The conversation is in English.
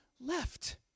left